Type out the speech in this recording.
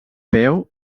peu